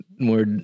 more